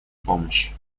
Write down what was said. помощь